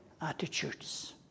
attitudes